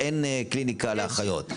אין קליניקה לאחיות.